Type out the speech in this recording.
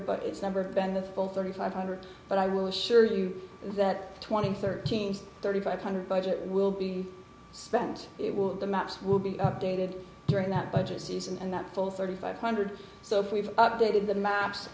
but it's never been the focus of the five hundred but i will assure you that twenty thirteen thirty five hundred budget will be spent it will the maps will be updated during that budget season and that full thirty five hundred so if we've updated the maps